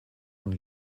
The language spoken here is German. und